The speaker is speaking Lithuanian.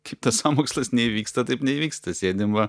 kaip tas sąmokslas neįvyksta taip neįvyksta sėdim va